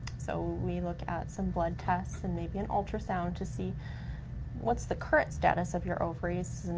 so we look at some blood tests and maybe an ultrasound to see what's the current status of your ovaries,